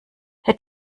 herr